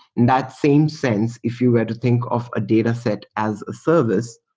that same sense, if you were to think of a dataset as a service,